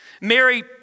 Mary